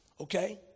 okay